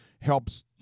helps